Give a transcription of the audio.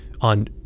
on